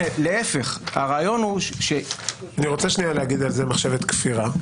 אני רוצה להגיד על זה מחשבת כפירה,